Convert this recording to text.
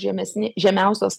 žemesni žemiausios